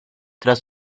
tras